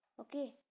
Okay